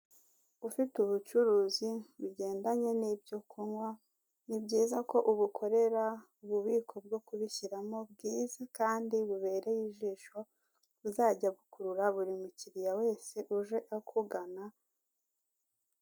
Ufite ubucuruzi bugendanye n'ibyo kunywa ni byiza ko ubukorera ububiko bwo kubishyiramo bwiza kandi bubereye ijisho buzajya gukurura buri mukiriya wese uje akugana.